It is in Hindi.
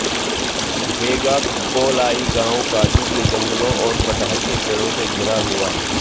वेगाक्कोलाई गांव काजू के जंगलों और कटहल के पेड़ों से घिरा हुआ है